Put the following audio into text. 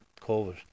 COVID